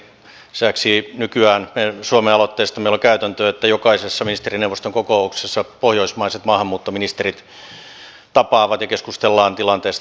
lisäksi nykyään suomen aloitteesta meillä on käytäntö että jokaisessa ministerineuvoston kokouksessa pohjoismaiset maahanmuuttoministerit tapaavat ja keskustellaan tilanteesta